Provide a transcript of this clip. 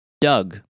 Doug